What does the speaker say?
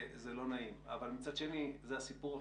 זה לא נעים, אבל מצד שני זה הסיפור עכשיו.